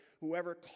Whoever